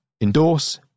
endorse